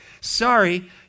sorry